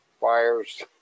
fires